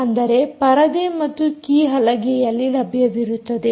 ಅಂದರೆ ಪರದೆ ಮತ್ತು ಕೀಹಲಗೆಅಲ್ಲಿ ಲಭ್ಯವಿರುತ್ತದೆ